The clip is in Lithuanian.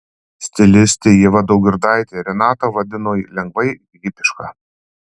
stilistė ieva daugirdaitė renatą vadino lengvai hipiška